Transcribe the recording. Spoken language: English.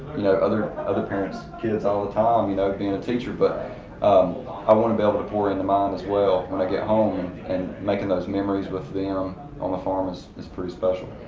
you know, other other parents' kids all the time, you know being a teacher. but um i wanna be able to pour into mine as well when i get home. and making those memories with them on the farm is is pretty special.